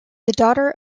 daughter